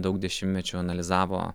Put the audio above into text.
daug dešimtmečių analizavo